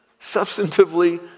substantively